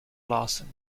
larsen